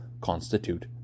constitute